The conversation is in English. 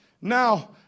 now